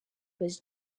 was